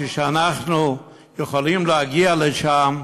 כשאנחנו יכולים להגיע לשם,